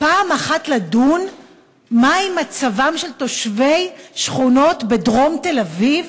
פעם אחת לדון מה עם מצבם של תושבי השכונות בדרום תל-אביב?